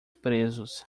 presos